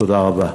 תודה רבה.